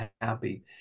happy